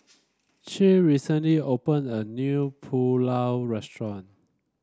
Che recently open a new Pulao restaurant